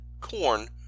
corn